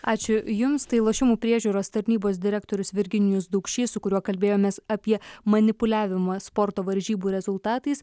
ačiū jums tai lošimų priežiūros tarnybos direktorius virginijus daukšys su kuriuo kalbėjomės apie manipuliavimą sporto varžybų rezultatais